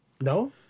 No